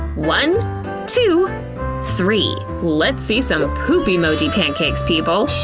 one two three let's see some poop emoji pancakes, people!